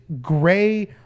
gray